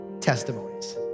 Testimonies